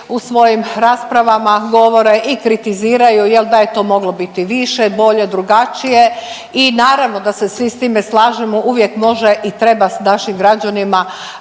U svojim rasprava govore i kritiziraju jel da je to moglo biti više, bolje, drugačije i naravno da se svi s time slažemo. Uvijek može i treba našim građanima